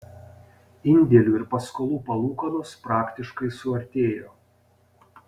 indėlių ir paskolų palūkanos praktiškai suartėjo